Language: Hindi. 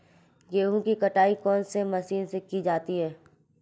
गेहूँ की कटाई कौनसी मशीन से की जाती है?